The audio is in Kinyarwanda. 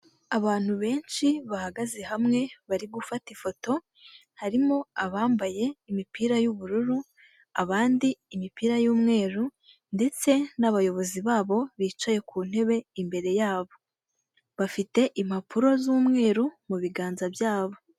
Abantu benshi bahagaze hamwe bari gufata ifoto harimo abambaye imipira y'ubururu abandi imipira y'umweru ndetse n nabayobozi babo bicaye ku ntebe imbere yabo, bafite impapuro z'umweru mu biganza byabo.